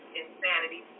insanity